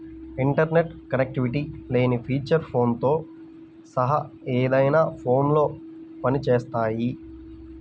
internet connectivity లేని feature ఫోన్లతో సహా ఏదైనా ఫోన్లో పని చేస్తాయి